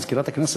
מזכירת הכנסת,